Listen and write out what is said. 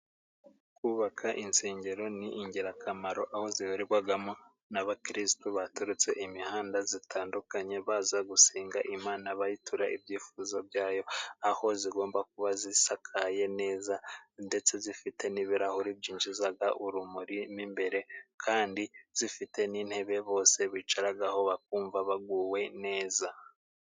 Kubaka insengero ni ingirakamaro aho zihurirwamo n'abakirisitu baturutse imihanda itandukanye baza gusenga Imana, bayitura ibyifuzo byabo ,aho zigomba kuba zisakaye neza ndetse zifite n'ibirahuri byinjiza urumuri mo imbere, kandi zifite n'intebe bose bicaraho bakumva baguwe neza.